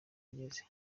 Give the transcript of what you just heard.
ageze